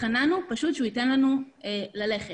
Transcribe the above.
התחננו שייתן לנו ללכת.